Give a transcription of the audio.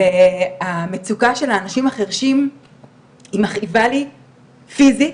והמצוקה של האנשים החרשים היא מכאיבה לי, פיזית,